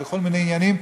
בכל מיני עניינים,